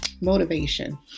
motivation